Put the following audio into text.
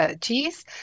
cheese